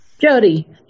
Jody